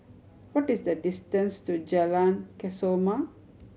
what is the distance to Jalan Kesoma